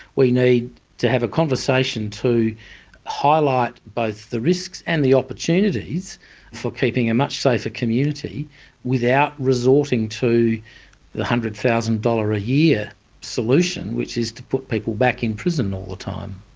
we need to have a conversation to highlight both the risks and the opportunities for keeping a much safer community without resorting to the one hundred thousand dollars a year solution which is to put people back in prison all the time.